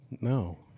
No